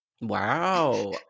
Wow